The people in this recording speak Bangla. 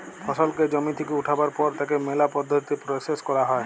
ফসলকে জমি থেক্যে উঠাবার পর তাকে ম্যালা পদ্ধতিতে প্রসেস ক্যরা হ্যয়